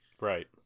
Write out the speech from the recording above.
Right